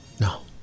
No